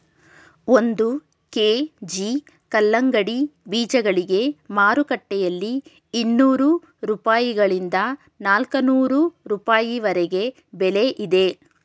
ಒಂದು ಕೆ.ಜಿ ಕಲ್ಲಂಗಡಿ ಬೀಜಗಳಿಗೆ ಮಾರುಕಟ್ಟೆಯಲ್ಲಿ ಇನ್ನೂರು ರೂಪಾಯಿಗಳಿಂದ ನಾಲ್ಕನೂರು ರೂಪಾಯಿವರೆಗೆ ಬೆಲೆ ಇದೆ